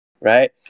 right